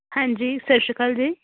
ਹਾਂਜੀ ਸਤਿ ਸ਼੍ਰੀ ਅਕਾਲ ਜੀ